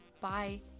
Bye